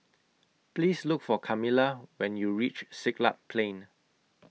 Please Look For Camilla when YOU REACH Siglap Plain